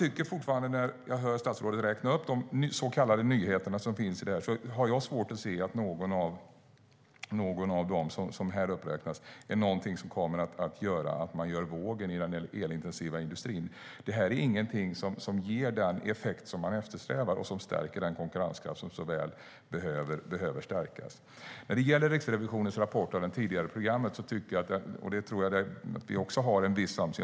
När jag hör statsrådet räkna upp de så kallade nyheterna har jag fortfarande svårt att se att något av det som uppräknas är sådant som kommer att medföra att man gör vågen i den elintensiva industrin. Det ger inte den effekt som man eftersträvar och som skulle stärka den konkurrenskraft som så väl behöver stärkas. När det gäller Riksrevisionens rapport om det tidigare programmet tror jag att vi där har en viss samsyn.